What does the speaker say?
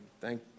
Thank